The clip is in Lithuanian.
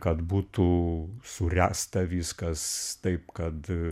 kad būtų suręsta viskas taip kad